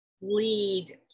lead